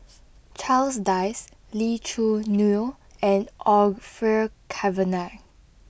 Charles Dyce Lee Choo Neo and Orfeur Cavenagh